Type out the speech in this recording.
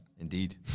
Indeed